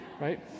right